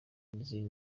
n’izindi